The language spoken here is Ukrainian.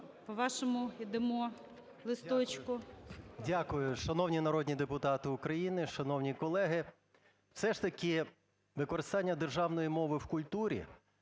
ПАПІЄВ М.М. Дякую. Шановні народні депутати України, шановні колеги! Все ж таки використання державної мови в культурі